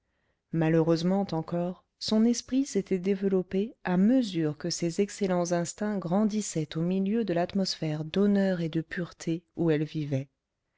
malheureusement encore son esprit s'était développé à mesure que ses excellents instincts grandissaient au milieu de l'atmosphère d'honneur et de pureté où elle vivait